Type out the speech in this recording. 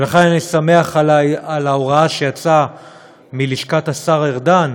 ולכן, אני שמח על ההוראה שיצאה מלשכת השר ארדן,